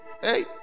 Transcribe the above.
hey